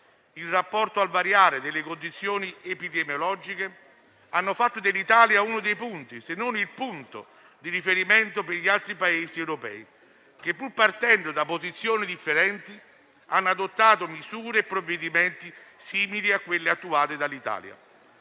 in rapporto al variare delle condizioni epidemiologiche, hanno fatto dell'Italia uno dei punti - se non il punto - di riferimento per gli altri Paesi europei che, pur partendo da posizioni differenti, hanno adottato misure e provvedimenti simili a quelli presi dall'Italia.